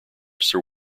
sir